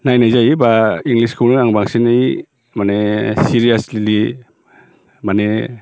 नायनाय जायो बा इंलिसखौनो आं बांसिनै माने सिरियासलि माने